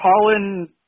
Colin